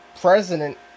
president